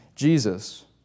Jesus